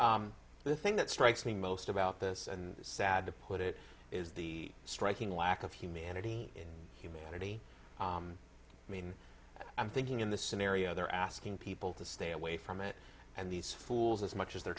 w the thing that strikes me most about this and sad to put it is the striking lack of humanity in humanity i mean i'm thinking in the scenario they're asking people to stay away from it and these fools as much as they